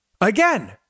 Again